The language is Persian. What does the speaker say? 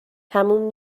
تموم